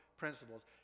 Principles